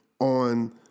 on